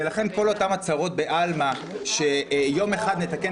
ולכן כל אותן הצהרות בעלמא שיום אחד נתקן